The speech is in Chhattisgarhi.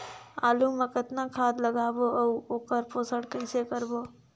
आलू मा कतना खाद लगाबो अउ ओकर पोषण कइसे करबो?